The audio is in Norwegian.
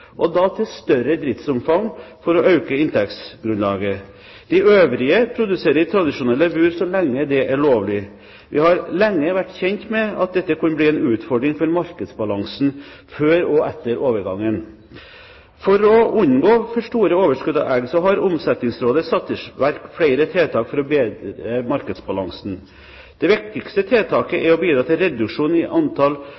og da til større driftsomfang for å øke inntektsgrunnlaget. De øvrige produserer i tradisjonelle bur så lenge det er lovlig. Vi har lenge vært kjent med at dette kunne bli en utfordring for markedsbalansen før og etter overgangen. For å unngå for store overskudd av egg har Omsetningsrådet satt i verk flere tiltak for å bedre markedsbalansen. Det viktigste tiltaket